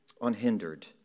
unhindered